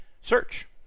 search